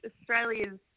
Australia's